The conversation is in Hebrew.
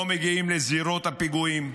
לא מגיעים לזירות הפיגועים.